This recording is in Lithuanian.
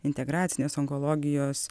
integracinės onkologijos